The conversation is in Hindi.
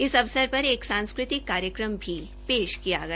इस अवसर पर एक सांस्कृतिक कार्यक्रम भी पेश किया गया